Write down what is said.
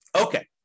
Okay